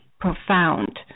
profound